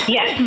Yes